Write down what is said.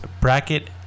bracket